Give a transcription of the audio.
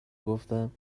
گفتم